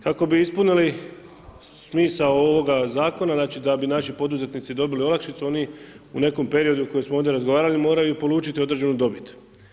Kako bi ispunili smisao ovoga zakona, znači, da bi naši poduzetnici dobili olakšicu, oni u nekom periodu o kojem smo ovdje razgovarali, moraju polučiti određenu dobit.